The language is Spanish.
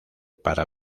para